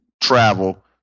travel